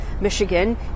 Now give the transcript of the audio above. Michigan